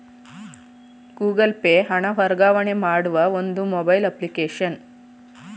Google Pay ಹಣ ವರ್ಗಾವಣೆ ಮಾಡುವ ಒಂದು ಮೊಬೈಲ್ ಅಪ್ಲಿಕೇಶನ್